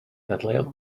dadleuodd